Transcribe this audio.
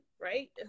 right